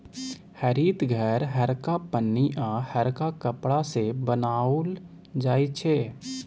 हरित घर हरका पन्नी आ हरका कपड़ा सँ बनाओल जाइ छै